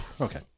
Okay